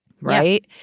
right